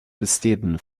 besteden